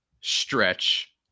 stretch